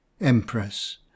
Empress